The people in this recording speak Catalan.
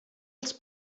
els